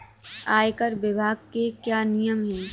आयकर विभाग के क्या नियम हैं?